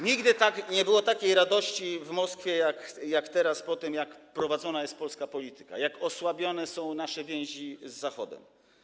Nigdy nie było takiej radości w Moskwie jak teraz, po tym, jak prowadzona jest polska polityka, jak osłabione są nasze więzi z Zachodem.